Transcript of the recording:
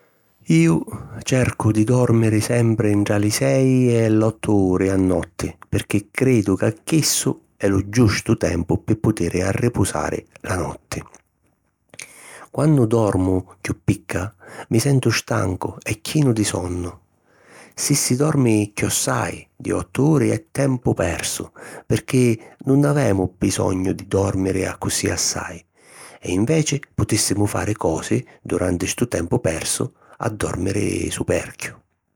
Iu cercu di dòrmiri sempri ntra li sei e l'ottu uri a notti pirchì cridu ca chissu è lu giustu tempu pi putiri arripusari la notti. Quannu dormu chiù picca mi sentu stancu e chinu di sonnu. Si si dormi chiossai di ottu uri è tempu persu, pirchì nun avemu bisognu di dòrmiri accussì assai e inveci putìssimu fari cosi duranti stu tempu persu a dòrmiri superchiu.